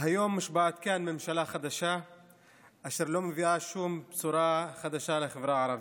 היום מושבעת כאן ממשלה חדשה אשר לא מביאה שום בשורה חדשה לחברה הערבית.